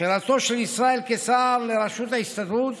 בחירתו של ישראל קיסר לראשות ההסתדרות